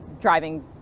driving